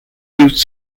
yields